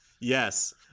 Yes